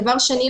דבר שני,